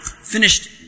finished